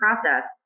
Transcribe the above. process